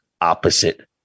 opposite